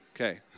Okay